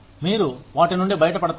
మీరు వాటి నుండి బయటపడతారు